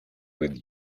with